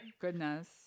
Goodness